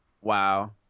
Wow